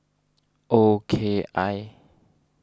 O K I